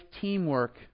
teamwork